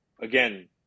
again